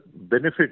benefit